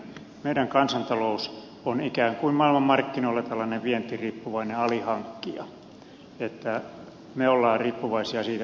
meidän kansantaloutemme on ikään kuin maailmanmarkkinoilla tällainen vientiriippuvainen alihankkija että me olemme riippuvaisia siitä mitä maailmalla tapahtuu